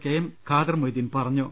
K M Khader Moideen പറഞ്ഞു